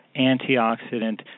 antioxidant